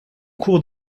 cours